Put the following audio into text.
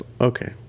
Okay